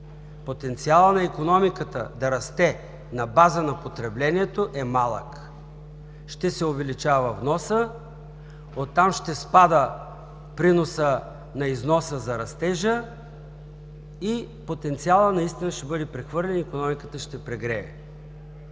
Потенциалът на икономиката да расте на база на потреблението е малък. Ще се увеличава вносът, оттам ще спада приносът на износа за растежа, потенциалът наистина ще бъде прехвърлен и икономиката ще прегрее.